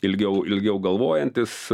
ilgiau ilgiau galvojantis